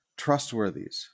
trustworthies